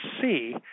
see